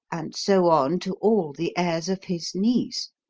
and so on to all the heirs of his niece.